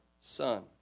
son